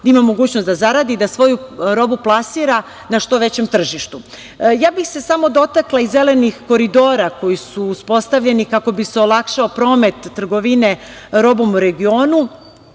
ima mogućnost da zaradi i da svoju robu plasira na što većem tržištu. Ja bih se samo dotakla i zelenih koridora koji su uspostavljeni kako bi se olakšao promet trgovine robom u regionu,